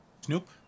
Snoop